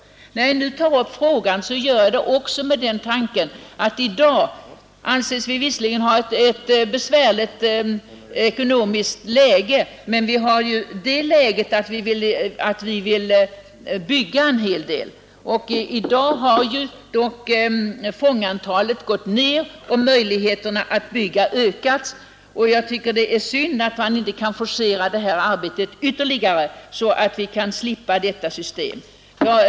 När jag nu tar upp frågan gör jag det också med den tanken att vi, trots att vi i dag visserligen anses ha ett besvärligt ekonomiskt läge ändå vill bygga en hel del. Nu har också fångantalet minskat och möjligheterna att bygga ökat. Jag tycker därför att det är synd att arbetet inte forceras ytterligare, så att vi kan slippa ha denna skamfläck kvar.